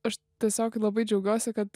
aš tiesiog labai džiaugiuosi kad